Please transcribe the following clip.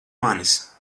manis